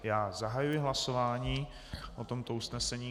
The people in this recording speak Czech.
Já zahajuji hlasování o tomto usnesení.